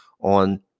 on